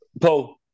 Paul